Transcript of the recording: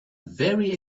very